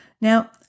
Now